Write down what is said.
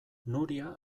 nuria